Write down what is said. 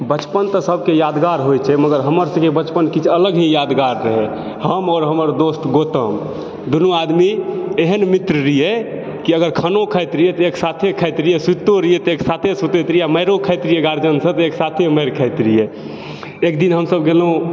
बचपन तऽ सभके यादगार होइ छै मगर हमर सभके किछु अलग ही यादगार रहै हम आओर हमर दोस्त गौतम दुनू आदमी एहन मित्र रहिऐ कि अगर खानो खाइत रहिऐ तऽ एके साथे सुतितो रहिऐ तऽ एके साथे सुतैत रहिऐ आ मारो खाइत रहिऐ गार्जिअनसँ तऽ एके साथे मारो खाइत रहिऐ एकदिन हम सभ गेलहुँ